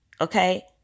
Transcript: okay